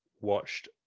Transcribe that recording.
watched